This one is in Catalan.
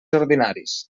ordinaris